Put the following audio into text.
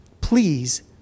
please